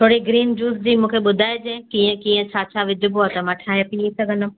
थोरी green juice जी मूंखे ॿुधाइजांइ कीअं कीअं छा छा विझिबो आहे त मां ठाहे पीए सघंदमि